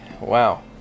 wow